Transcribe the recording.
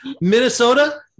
Minnesota